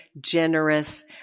generous